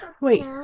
wait